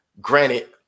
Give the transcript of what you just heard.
granted